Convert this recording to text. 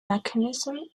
mechanism